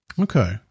Okay